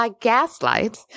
Gaslight